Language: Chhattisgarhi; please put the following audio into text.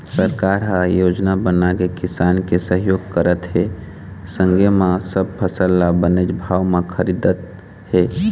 सरकार ह योजना बनाके किसान के सहयोग करत हे संगे म सब फसल ल बनेच भाव म खरीदत हे